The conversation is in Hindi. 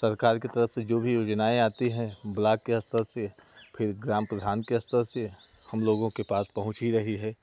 सरकार की तरफ़ से जो भी योजनाऍं आती हैं ब्लाक के स्तर से फिर ग्राम प्रधान के स्तर से हम लोगों के पास पहुँच ही रही है